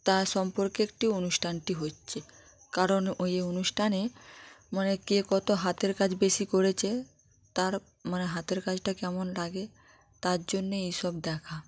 তা সম্পর্কে একটি অনুষ্ঠানটি হচ্ছে কারণ ওই অনুষ্ঠানে মানে কে কতো হাতের কাজ বেশি করেছে তার মানে হাতের কাজটা কেমন লাগে তার জন্যে এসব দেখা